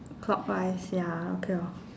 clockwise ya okay loh